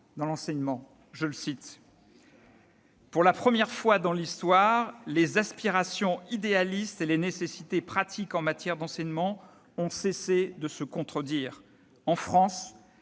dans l'enseignement :« Pour la première fois dans l'histoire, les aspirations idéalistes et les nécessités pratiques en matière d'enseignement ont cessé de se contredire. En France,